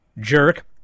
jerk